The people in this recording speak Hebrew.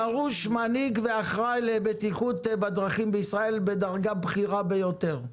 דרוש מנהיג ואחראי לבטיחות בדרכים בישראל בדרגה בכירה ביותר.